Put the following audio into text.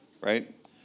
right